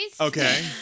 Okay